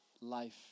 Life